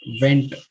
went